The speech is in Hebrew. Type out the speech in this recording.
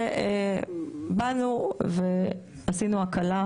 באנו והקלנו.